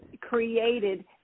created